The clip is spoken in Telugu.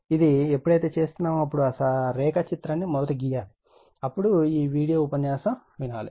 ఇది ఎప్పుడైతే చేస్తున్నామో అప్పుడు ఆ సర్క్యూట్ రేఖాచిత్రాన్ని మొదట గీయాలి అప్పుడు ఈ వీడియో ఉపన్యాసం వినండి